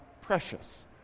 precious